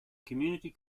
community